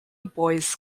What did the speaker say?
boys